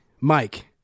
Mike